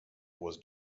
was